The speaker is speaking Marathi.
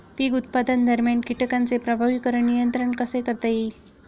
पीक उत्पादनादरम्यान कीटकांचे प्रभावीपणे नियंत्रण कसे करता येईल?